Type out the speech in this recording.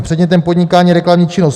Předmětem podnikání je reklamní činnost.